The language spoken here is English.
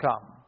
come